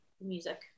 music